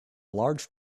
large